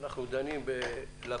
אנחנו דנים בלקונה.